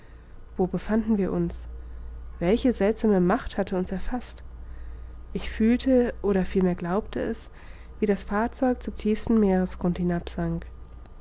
wo befanden wir uns welche seltsame macht hatte uns erfaßt ich fühlte oder vielmehr glaubte es wie das fahrzeug zum tiefsten meeresgrund hinabsank